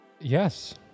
yes